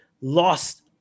lost